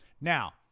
Now